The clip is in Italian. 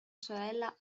sorella